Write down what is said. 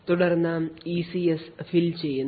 തുടർന്ന് ECS fill ചെയ്യുന്നു